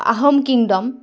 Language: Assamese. আহোম কিংডম